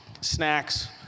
snacks